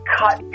cut